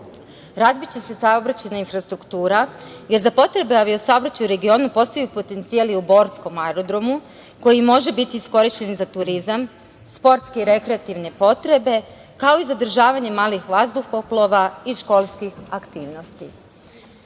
Razbiće se saobraćajna infrastruktura, jer za potrebe avio saobraćaja u regionu postoji potencijal i u borskom aerodromu koji može biti iskorišćen za turizam, sportske rekreativne potrebe, kao i za održavanje malih vazduhoplova i školskih aktivnosti.U